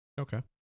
Okay